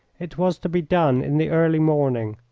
it was to be done in the early morning,